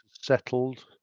settled